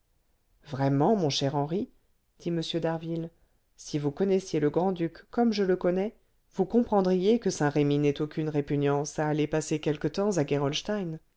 vraiment mon cher henri dit m d'harville si vous connaissiez le grand-duc comme je le connais vous comprendriez que saint-remy n'ait aucune répugnance à aller passer quelque temps